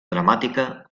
dramàtica